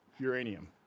Uranium